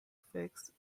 fixed